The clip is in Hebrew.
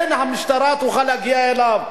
המשטרה כן תוכל להגיע אליו.